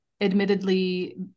admittedly